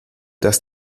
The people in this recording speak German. dass